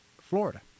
florida